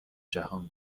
جهان